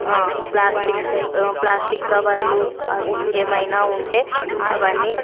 ఆ plastics plastic కవర్లు అవి ఏమైనా ఉంటే అవన్నీ